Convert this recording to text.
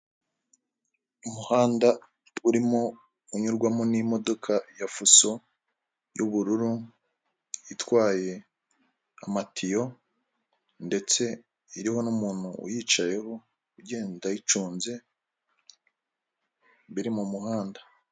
Umuhanda urimo unyurwamo n'imodoka ya fuso y'ubururu itwaye amatiyo, ndetse iriho n'umuntu uyicayeho ugenda ayicunze biri mu muhanda.